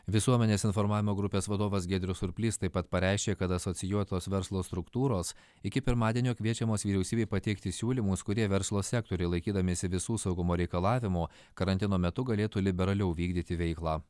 visuomenės informavimo grupės vadovas giedrius surplys taip pat pareiškė kad asocijuotos verslo struktūros iki pirmadienio kviečiamos vyriausybei pateikti siūlymus kurie verslo sektoriai laikydamiesi visų saugumo reikalavimų karantino metu galėtų liberaliau vykdyti veiklą